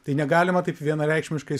tai negalima taip vienareikšmiškai